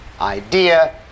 idea